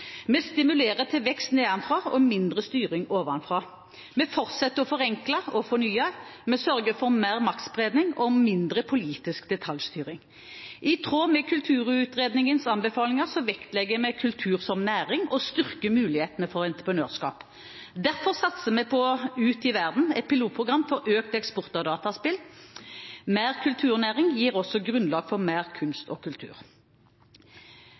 til vekst nedenfra og mindre styring ovenfra. Vi fortsetter å forenkle og fornye, vi sørger for mer maktspredning og mindre politisk detaljstyring. I tråd med Kulturutredningens anbefalinger vektlegger vi kultur som næring og styrker mulighetene for entreprenørskap. Derfor satser vi på Spill ut i verden, et pilotprogram for økt eksport av dataspill. Mer kulturnæring gir også grunnlag for mer kunst og kultur.